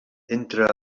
entre